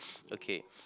okay